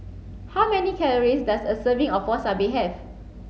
how many calories does a serving of Wasabi have